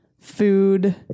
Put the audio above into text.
food